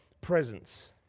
presence